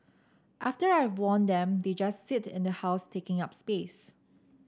after I've worn them they just sit in the house taking up space